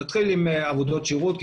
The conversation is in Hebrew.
נתחיל עם עבודות שירות.